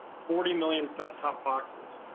forty million set top boxes,